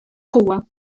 قوة